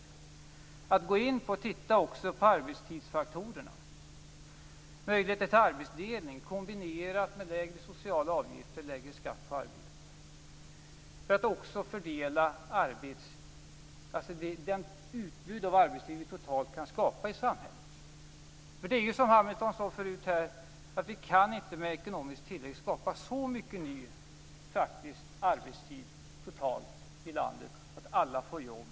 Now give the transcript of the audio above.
Det innebär att man skall gå in och också titta på arbetstidsfaktorerna, möjligheterna till arbetsdelning kombinerat med lägre sociala avgifter och lägre skatt på arbete för att fördela det utbud som arbetslivet totalt kan skapa i samhället. Det är ju så, som Carl B Hamilton nyss sade, att vi inte med ekonomisk tillväxt kan skapa så mycket ny arbetstid totalt i landet att alla får jobb.